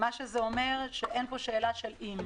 זה אומר שאין פה שאלה של "אם",